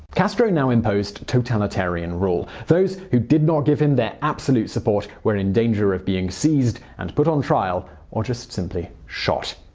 castro now imposed totalitarian rule. those who did not give him their absolute support were in danger of being seized and put on trial or simply shot.